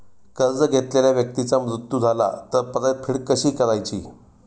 कर्ज घेतलेल्या व्यक्तीचा मृत्यू झाला तर परतफेड कशी करायची?